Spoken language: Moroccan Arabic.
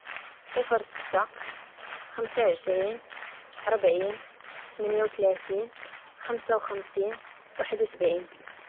صفر ستا، خمسة و عشرين، ربعين، تمنيا وتلاتين، خمسة وخمسين، واحد وسبعين